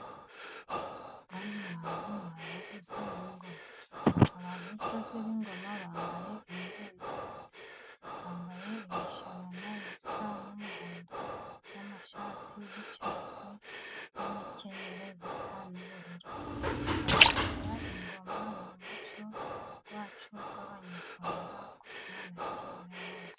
Bano bantu ni abavuzi b'ingoma, abavuzi b'ingoma bambaye imyenda isa bambaye imishanana isa n'umuhondo, n'amashati y'icyatsi n'imikenyero isa n'ubururu. Bavuza ingoma ni umuco wacu w'Abanyarwanda, kuva na kera hose.